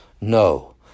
no